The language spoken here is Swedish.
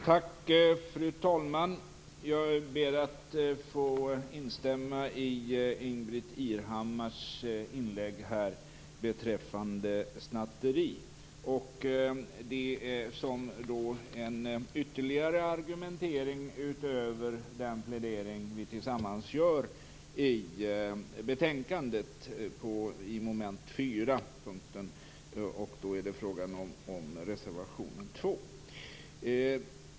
Fru talman! Jag ber att få instämma i Ingbritt Irhammars inlägg beträffande snatteri. Det är en ytterligare argumentering utöver den plädering som vi tillsammans gör i reservation 2 avseende mom. 4 i betänkandet.